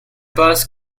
blouse